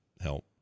help